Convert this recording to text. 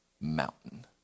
mountain